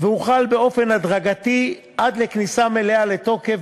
והוחל באופן הדרגתי עד לכניסה מלאה לתוקף